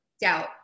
Doubt